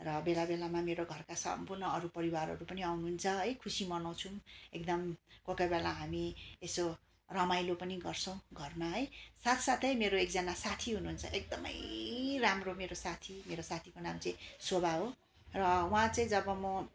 र बेला बेलामा मेरो घरका सम्पूर्ण अरू परिवारहरू पनि आउनुहुन्छ है खुसी मनाउछौँ एकदम कोही के बेला हामी यसो रमाइलो पनि गर्छौँ घरमा है साथ साथै मेरो एकजना साथी हुनुहुन्छ एकदमै राम्रो मेरो साथी मेरो साथीको नाम चाहिँ शोभा हो र उहाँ चाहिँ जब म